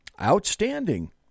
outstanding